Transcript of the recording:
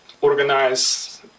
organize